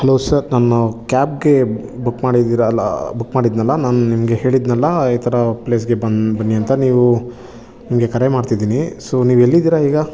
hello sir ನಾನು ಕ್ಯಾಬ್ಗೆ book ಮಾಡಿದ್ದೀರ ಅಲ್ಲ ಬುಕ್ ಮಾಡಿದ್ದೆನಲ್ಲ ನಾನು ನಿಮಗೆ ಹೇಳಿದ್ದೆನಲ್ಲ ಈ ಥರ ಪ್ಲೇಸ್ಗೆ ಬನ್ ಬನ್ನಿ ಅಂತ ನೀವು ನಿಮಗೆ ಕರೆ ಮಾಡ್ತಿದ್ದೀನಿ ಸೊ ನೀವು ಎಲ್ಲಿದ್ದೀರಾ ಈಗ